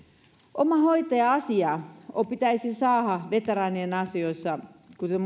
omahoitaja asiaa pitäisi saada veteraanien asioissa kuten